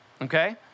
okay